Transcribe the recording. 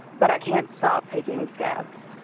but i can't stop picking scabs.